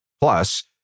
Plus